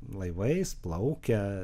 laivais plaukia